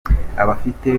abafite